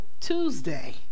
Tuesday